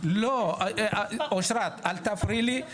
אנחנו --- אושרת אל תפריעי לי,